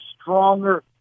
stronger